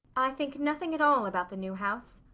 i think nothing at all about the new house.